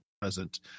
present